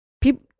people